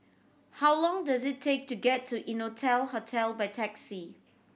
how long does it take to get to Innotel Hotel by taxi